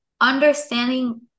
understanding